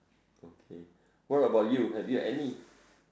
okay what about you have you any